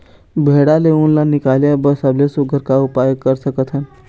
भेड़ा ले उन ला निकाले बर सबले सुघ्घर का उपाय कर सकथन?